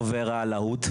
ומי הדובר הלהוט?